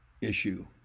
issue